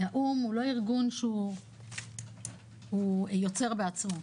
האו"ם הוא לא ארגון שהוא יוצר בעצמו,